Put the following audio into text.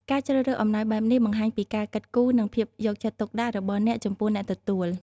ការជ្រើសរើសអំណោយបែបនេះ បង្ហាញពីការគិតគូរ និងភាពយកចិត្តទុកដាក់របស់អ្នកចំពោះអ្នកទទួល។